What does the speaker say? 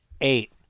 Eight